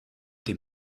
dem